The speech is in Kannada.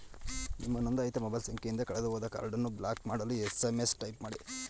ನಿಮ್ಮ ನೊಂದಾಯಿತ ಮೊಬೈಲ್ ಸಂಖ್ಯೆಯಿಂದ ಕಳೆದುಹೋದ ಕಾರ್ಡನ್ನು ಬ್ಲಾಕ್ ಮಾಡಲು ಎಸ್.ಎಂ.ಎಸ್ ಟೈಪ್ ಮಾಡಿ